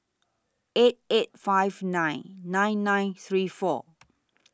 eight eight five nine nine nine three four